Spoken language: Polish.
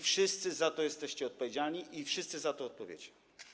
Wszyscy za to jesteście odpowiedzialni i wszyscy za to odpowiecie.